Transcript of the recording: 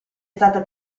stata